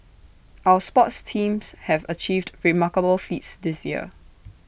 our sports teams have achieved remarkable feats this year